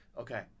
okay